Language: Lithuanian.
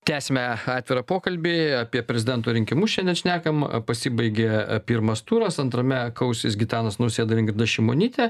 tęsime atvirą pokalbį apie prezidento rinkimus šiandien šnekame pasibaigė pirmas turas antrame kausis gitanas nausėda ir ingrida šimonytė